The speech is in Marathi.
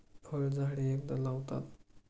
फळझाडे एकदा लावतात